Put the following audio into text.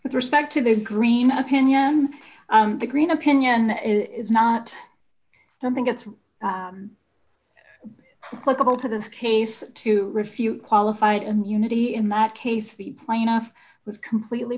with respect to the green opinion the green opinion is not something that's political to this case to refute qualified immunity in that case the plaintiff was completely